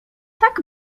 tak